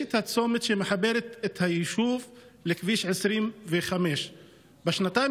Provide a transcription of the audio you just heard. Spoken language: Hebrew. יש את הצומת שמחבר את היישוב לכביש 25. בשנתיים